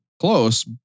close